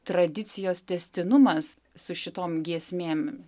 tradicijos tęstinumas su šitom giesmėm